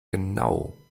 genau